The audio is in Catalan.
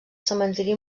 cementiri